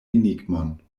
enigmon